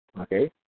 okay